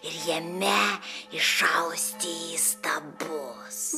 ir jame išausti įstabus